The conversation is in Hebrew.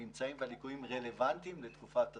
הממצאים והליקויים רלוונטיים לתקופת הדוח.